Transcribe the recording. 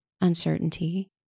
Uncertainty